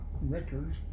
records